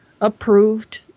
approved